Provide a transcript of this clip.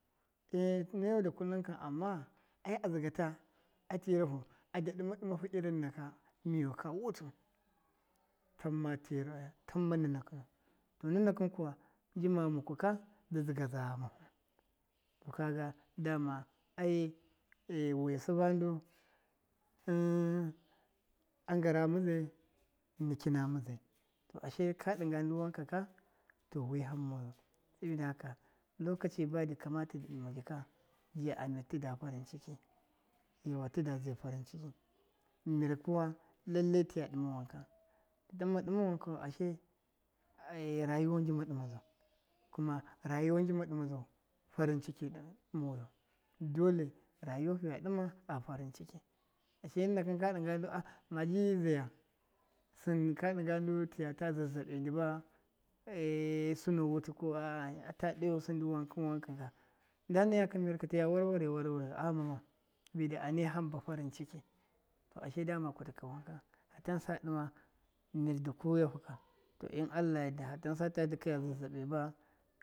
nayau da kullum kan ama ai adzɨfg ta a tɨrafu a dadɨma dɨmafu irɨn naka miau ka wutu tamma tira naka angara mɨdzai rukina mɨdzai to ashe ka dɨnga ndu wankaka to wɨham moyu sabida haka lokaci badɨ kamata dɨ ɗɨma jika ji anna tɨda farɨn ciki yauwa tɨd ze farin ciki mir kuwa lalle tiya ɗɨma wankau ashe ai rayu wa njima ɗɨma zau, farin ciki moyu dole rayu wa fiya ɗɨmaa farin ciki ashe nɨnakɨn ka ɗɨnga ndu a maji zaya sɨm ka dɨnga ndu tiya ta zazzaɓɨndɨ ba sɨnu wutɨ ko a’a at ɗiyusɨ ndɨ wankɨn mir ka nda maya kɨ mir ka tiya war ware warwayau, aghama ma sabida anai hamba farin ciki, to ashe dama kutɨ ka wanka, fatansa dɨma mirdɨ kuyafu ka to ɨn allah ya yarda fatan sa ta dɨkaya zazzaɓɨba.